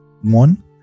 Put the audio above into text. one